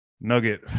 nugget